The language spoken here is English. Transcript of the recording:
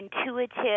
intuitive